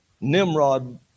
Nimrod